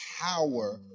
power